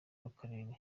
b’akarere